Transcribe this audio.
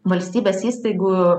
valstybės įstaigų